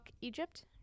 Egypt